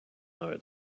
know